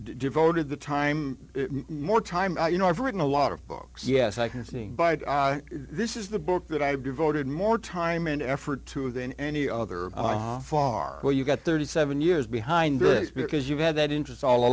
devoted the time more time you know i've written a lot of books yes i can see this is the book that i've devoted more time and effort to than any other far where you've got thirty seven years behind brooks because you had that interest all